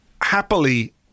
happily